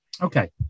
Okay